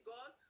God